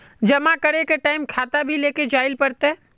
जमा करे के टाइम खाता भी लेके जाइल पड़ते?